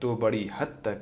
تو بڑی حد تک